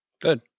Good